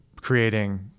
creating